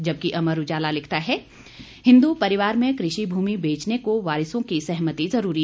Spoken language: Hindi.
जबकि अमर उजाला लिखता है हिंदू परिवार में कृषि भूमि बेचने को वारिसों की सहमति जरूरी